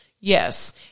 yes